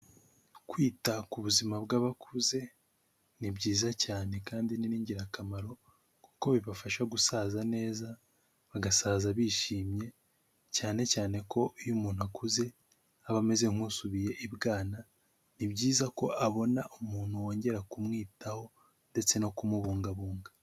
Kwita ku buzima bw'abakuze ni byiza cyane kandi ni n'ingirakamaro, kuko bibafasha gusaza neza, bagasaza bishimye, cyane cyane ko iyo umuntu akuze aba ameze nk'usubiye ibwana, ni byiza ko abona umuntu wongera kumwitaho ndetse no kumubungabunga.